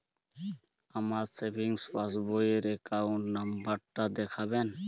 আমার savings passbook র account number টা দেখাবেন?